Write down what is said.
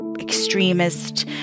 Extremist